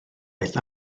oedd